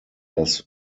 das